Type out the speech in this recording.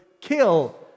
kill